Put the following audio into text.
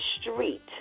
street